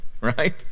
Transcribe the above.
Right